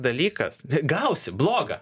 dalykas gausi blogą